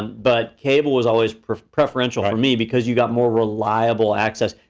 but cable was always preferential for me because you got more reliable access.